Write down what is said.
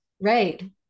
Right